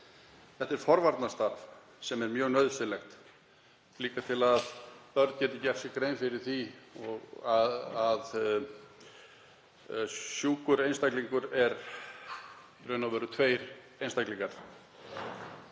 Þetta er forvarnastarf sem er mjög nauðsynlegt, líka til að börn geti gert sér grein fyrir því að sjúkur einstaklingur er í raun og veru tveir einstaklingar.